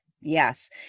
Yes